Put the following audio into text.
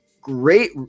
great